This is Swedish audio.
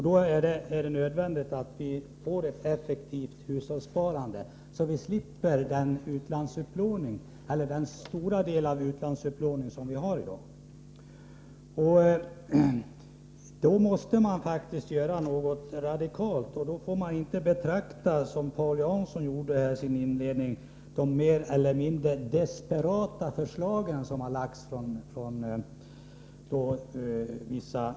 Det är nödvändigt att vi får till stånd ett effektivt hushållssparande, så att vi kan komma ifrån den stora utlandsupplåning vi har i dag. Men då måste man faktiskt göra någonting radikalt. Då får man inte, som Paul Jansson gjorde i sitt inledningsanförande, betrakta de förslag som lagts fram av vissa motionärer som mer eller mindre desperata.